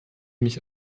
mich